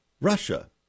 Russia